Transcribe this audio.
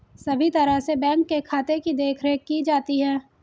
सभी तरह से बैंक के खाते की देखरेख भी की जाती है